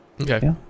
okay